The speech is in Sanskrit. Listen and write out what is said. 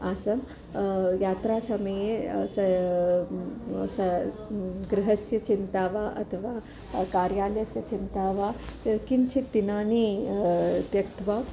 आसम् यात्रासमये गृहस्य चिन्ता वा अथवा कार्यालयस्य चिन्ता वा किञ्चित् दिनानि त्यक्त्वा